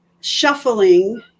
shuffling